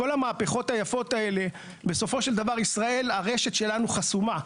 כל המהפכות היפות האלה ובסופו של דבר הרשת שלנו בישראל חסומה.